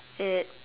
it